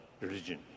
religion